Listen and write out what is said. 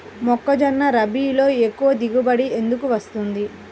మొక్కజొన్న రబీలో ఎక్కువ దిగుబడి ఎందుకు వస్తుంది?